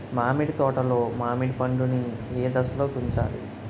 మామిడి తోటలో మామిడి పండు నీ ఏదశలో తుంచాలి?